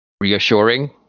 reassuring